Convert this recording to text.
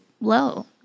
low